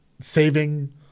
saving